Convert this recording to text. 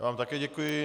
Já vám také děkuji.